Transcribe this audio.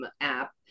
app